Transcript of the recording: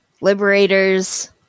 Liberators